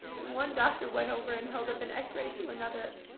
and one doctor went over and held up an x-ray to another